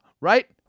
right